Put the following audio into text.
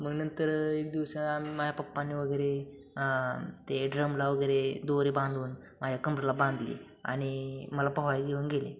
मग नंतर एक दिवसा माझ्या पप्पाने वगैरे ते ड्रमला वगैरे दोरे बांधून माझ्या कंबरला बांधली आणि मला पोहाय घेऊन गेले